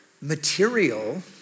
material